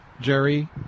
Jerry